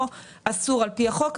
לא שימושים שהם אסורים על פי החוק,